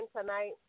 tonight